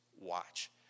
watch